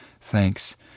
Thanks